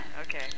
okay